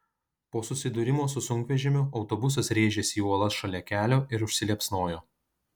po susidūrimo su sunkvežimiu autobusas rėžėsi į uolas šalia kelio ir užsiliepsnojo